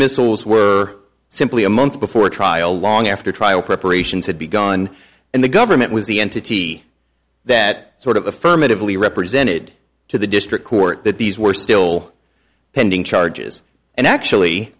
missals were simply a month before trial long after trial preparations had begun and the government was the entity that sort of affirmatively represented to the district court that these were still pending charges and actually